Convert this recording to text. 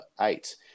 eight